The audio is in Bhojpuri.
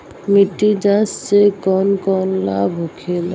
मिट्टी जाँच से कौन कौनलाभ होखे?